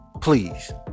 Please